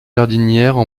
jardinières